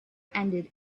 ended